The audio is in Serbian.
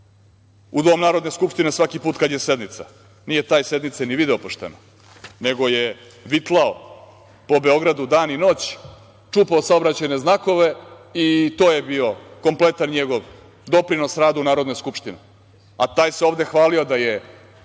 u dom Narodne skupštine svaki put kad je sednica. Nije taj sednice ni video pošteno, nego je vitlao po Beogradu dan i noć, čupao saobraćajne znakove i to je bio kompletan njegov doprinos radu Narodne skupštine. Taj se ovde hvalio da je